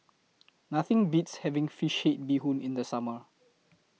Nothing Beats having Fish Head Bee Hoon in The Summer